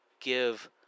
give